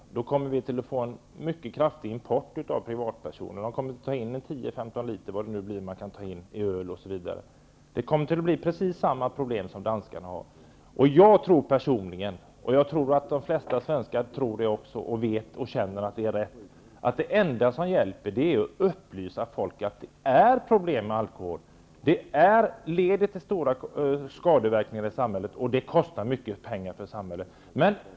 Då kommer vi att få en mycket kraftig import genom privatpersoner. Man kommer att ta in 10-- 15 liter i formar bl.a. öl. Vi kommer att få precis samma problem som danskarna har. Jag tror personligen, och jag tror att också de flesta svenska tror och vet och känner att det är rätt, att det enda som hjälper är att upplysa folk om att det är problem med alkohol, att det leder till stora skadeverkningar i samhället och att det kostar mycket pengar för samhället.